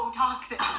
toxic